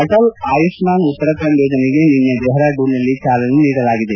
ಅಟಲ್ ಆಯುಷ್ನಾನ್ ಉತ್ತರಾಖಂಡ್ ಯೋಜನೆಗೆ ನಿನ್ನೆ ಡೆಹರಾಡೂನ್ನಲ್ಲಿ ಚಾಲನೆ ನೀಡಲಾಗಿದೆ